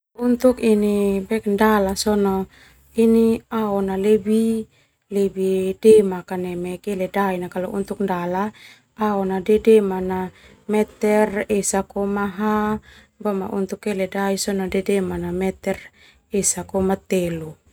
Untuk ini ndala sona ini aona lebih lebih demak neme keledai. Kalau untuk ndala aona dedema na meter esa koma ha, boma untuk keledai sona dedema na meter esa koma telu.